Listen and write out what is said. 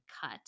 cut